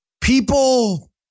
People